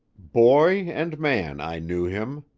boy and man i knew him,